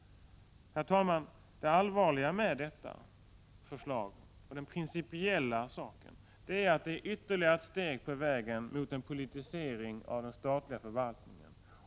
Herr talman! Det allvarliga med detta förslag är att det innebär ytterligare ett steg på vägen mot en politisering av den statliga förvaltningen.